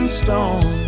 stone